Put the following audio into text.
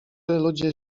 ludzie